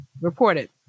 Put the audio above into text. reported